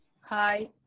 Hi